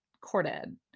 Corded